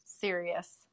serious